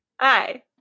Hi